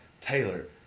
Taylor